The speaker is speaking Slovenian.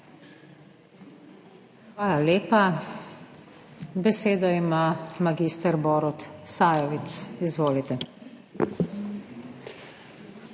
Hvala lepa. Besedo ima mag. Borut Sajovic. Izvolite.